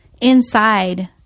inside